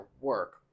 work